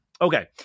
okay